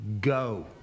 go